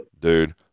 Dude